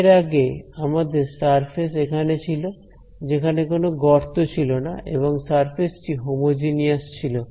এর আগে আমাদের সারফেস এখানে ছিল যেখানে কোন গর্ত ছিল না এবং সারফেস টি হোমোজিনিয়াস ছিল